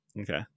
Okay